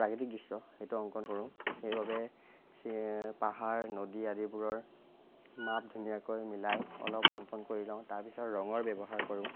প্ৰাকৃতিক দৃশ্য সেইটো অংকন কৰোঁ সেইবাবে পাহাৰ নদী আদিবোৰৰ মাপ ধুনীয়াকৈ মিলাই অলপ অংকন কৰি লওঁ তাৰ পিছত ৰঙৰ ব্যৱহাৰ কৰোঁ